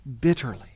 bitterly